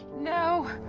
no,